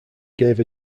gave